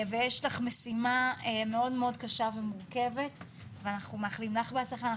יש לך משימה מאוד קשה ומורכבת ואנחנו מאחלים לך בהצלחה.